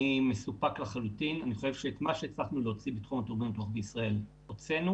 אני חושב שאת מה שהצלחנו להוציא בתחום טורבינות הרוח בישראל הוצאנו,